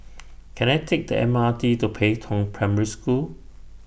Can I Take The M R T to Pei Tong Primary School